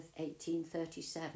1837